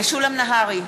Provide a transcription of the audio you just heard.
משולם נהרי,